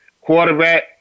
quarterback